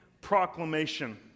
proclamation